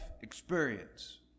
experience